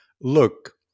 Look